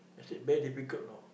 I said very difficult you know